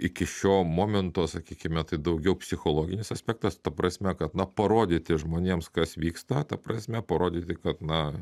iki šio momento sakykime tai daugiau psichologinis aspektas ta prasme kad na parodyti žmonėms kas vyksta ta prasme parodyti kad na